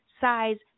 size